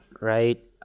right